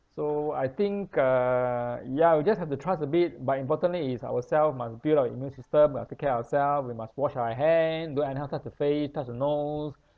so I think uh ya we just have to trust a bit but importantly is ourselves must build our immune system we have to take care of ourselves we must wash our hand don't anyhow touch your touch your nose